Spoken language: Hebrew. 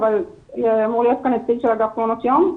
אבל היה אמור להיות כאן נציג אגף מעונות יום.